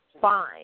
fine